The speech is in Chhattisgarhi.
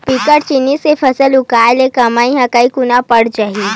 बिकट जिनिस के फसल उगाय ले कमई ह कइ गुना बाड़ जाही